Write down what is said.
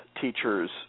teachers